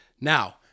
now